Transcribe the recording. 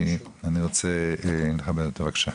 אני רוצה לכבד אותו בבקשה.